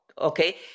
okay